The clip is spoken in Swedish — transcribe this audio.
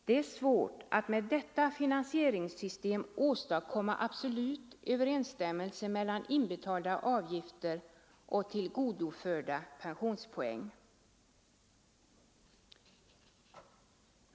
Det är svårt att med detta finansieringssystem åstadkomma absolut överensstämmelse mellan inbetalda avgifter och tillgodoförda pensionspoäng.